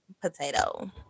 potato